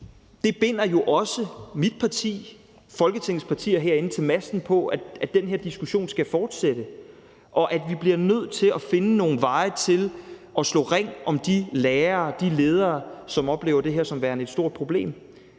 også binder mit parti og Folketingets partier herinde til masten, i forhold til at den her diskussion skal fortsætte, og at vi bliver nødt til at finde nogle veje til at slå ring om de lærere og de ledere, som oplever det her som værende et stort problem.